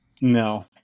No